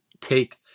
take